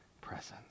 presence